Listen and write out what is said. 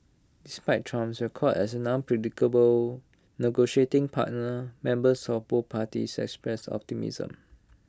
despite Trump's record as an unpredictable negotiating partner members of both parties expressed optimism